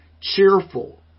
cheerful